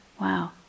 wow